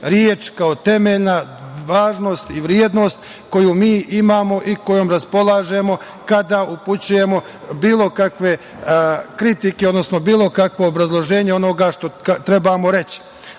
reč kao temeljna važnost i vrednost koju mi imamo i kojom raspolažemo kada upućujemo bilo kakve kritike, odnosno bilo kakvo obrazloženje što trebamo reći.